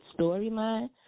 storyline